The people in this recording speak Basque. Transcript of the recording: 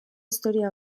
historia